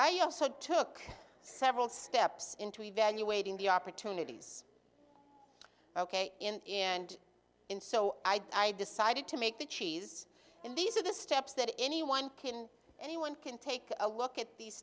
i also took several steps into evaluating the opportunities ok in and in so i decided to make the cheese and these are the steps that anyone can anyone can take a look at these